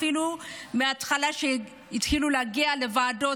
אפילו מאז ההתחלה שהתחילו להגיע לוועדות,